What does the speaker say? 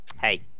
Hey